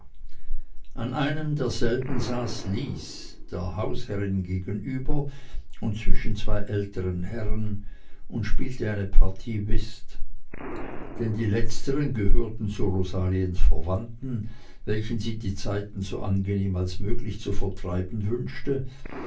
an einem derselben saß lys der hausherrin gegenüber und zwischen zwei älteren herren und spielte eine partie whist denn die letzteren gehörten zu rosaliens verwandten welchen sie die zeit so angenehm als möglich zu vertreiben wünschte